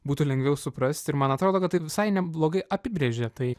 būtų lengviau suprasti ir man atrodo kad tai visai neblogai apibrėžia tai